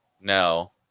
No